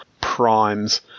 Prime's